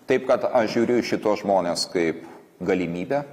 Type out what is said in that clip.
taip kad aš žiūriu į šituos žmones kaip galimybę